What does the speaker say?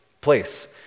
place